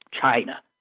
China